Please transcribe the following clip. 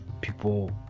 people